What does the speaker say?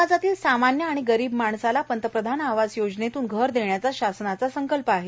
समाजातील सामान्य आणि गरीब माणसाला पंतप्रधान आवास योजनेतून घर देण्याचा शासनाचा संकल्प आहे